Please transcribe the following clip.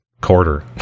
quarter